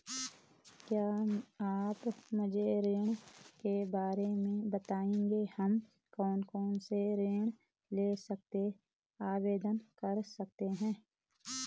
क्या आप मुझे ऋण के बारे में बताएँगे हम कौन कौनसे ऋण के लिए आवेदन कर सकते हैं?